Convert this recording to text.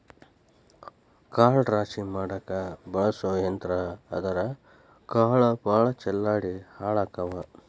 ಕಾಳ ರಾಶಿ ಮಾಡಾಕ ಬಳಸು ಯಂತ್ರಾ ಆದರಾ ಕಾಳ ಭಾಳ ಚಲ್ಲಾಡಿ ಹಾಳಕ್ಕಾವ